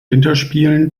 winterspielen